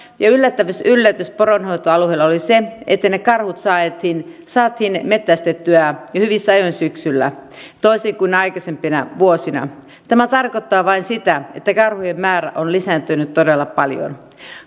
ja yllätys yllätys poronhoitoalueella ne karhut saatiin saatiin metsästettyä jo hyvissä ajoin syksyllä toisin kuin aikaisempina vuosina tämä tarkoittaa vain sitä että karhujen määrä on lisääntynyt todella paljon